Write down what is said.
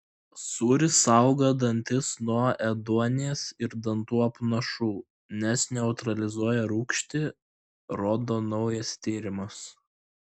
sūris saugo dantis nuo ėduonies ir dantų apnašų nes neutralizuoja rūgštį rodo naujas tyrimas